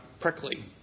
prickly